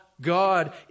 God